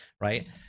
right